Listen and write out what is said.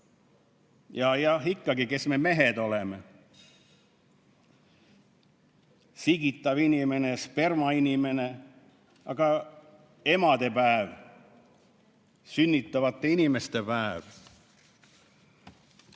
Ja ikkagi, kes me, mehed, oleme? Sigitav inimene, spermainimene? Aga emadepäev? Sünnitavate inimeste päev?